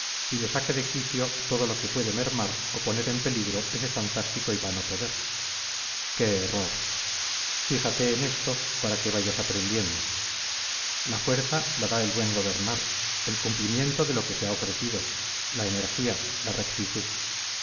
y le saca de quicio todo lo que puede mermar o poner en peligro ese fantástico y vano poder qué error fíjate en esto para que vayas aprendiendo la fuerza la da el buen gobernar el cumplimiento de lo que se ha ofrecido la energía la rectitud